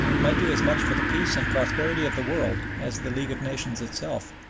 might do as much for the peace and prosperity of the world as the league of nations itself.